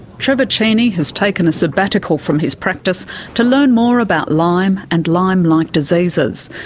trevor cheney has taken a sabbatical from his practice to learn more about lyme and lyme-like diseases.